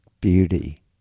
beauty